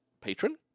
patron